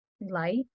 light